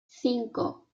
cinco